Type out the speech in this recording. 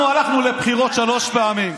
אנחנו הלכנו לבחירות שלוש פעמים.